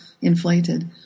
inflated